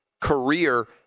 career